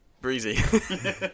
Breezy